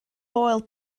foel